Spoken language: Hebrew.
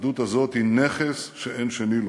האחדות הזאת היא נכס שאין שני לו.